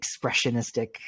expressionistic